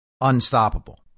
unstoppable